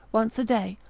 once a day,